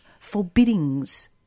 forbiddings